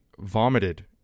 vomited